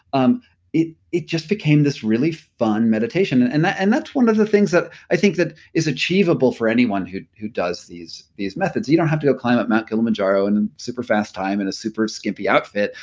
um it it just became this really fun meditation and and and that's one of the things that i think that is achievable for anyone who who does these these methods you don't have to climb up mount kilimanjaro in superfast time, in a super skimpy outfit.